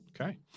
okay